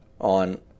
on